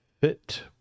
fit